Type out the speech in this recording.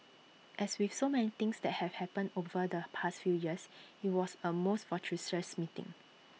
as with so many things that have happened over the past few years IT was A most fortuitous meeting